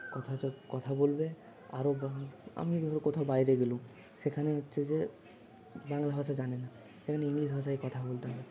কথা কথা বলবে আরও আমি ধর কোথাও বাইরে গেলাম সেখানে হচ্ছে যে বাংলা ভাষা জানে না সেখানে ইংলিশ ভাষায় কথা বলতে হবে